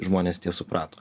žmonės tie suprato